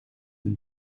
een